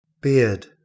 beard